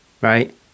right